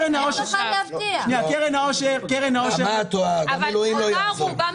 נעמה, את טועה, גם אלוהים לא יעזור.